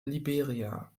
liberia